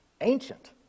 ancient